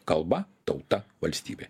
kalba tauta valstybė